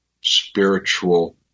spiritual